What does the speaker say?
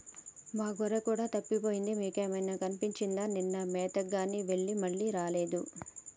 మా గొర్రె కూడా తప్పిపోయింది మీకేమైనా కనిపించిందా నిన్న మేతగాని వెళ్లి మళ్లీ రాలేదు